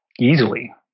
easily